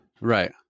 Right